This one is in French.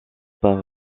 par